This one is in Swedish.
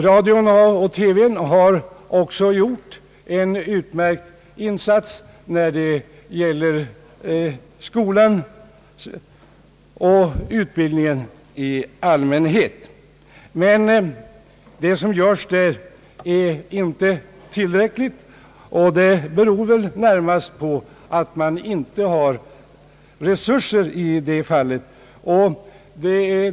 Radio och TV har också gjort en utmärkt insats när det gäller skolan och utbildningen i allmänhet. Men det som görs där är inte tillräckligt, vilket kanske närmast beror på att man inte har resurser.